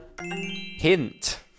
hint